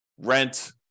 rent